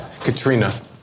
Katrina